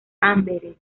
amberes